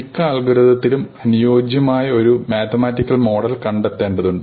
മിക്ക അൽഗോരിതത്തിലും അനുയോജ്യമായ ഒരു മാത്തമറ്റിക്കൽ മോഡൽ കണ്ടെത്തേണ്ടതുണ്ട്